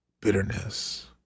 bitterness